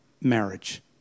marriage